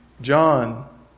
John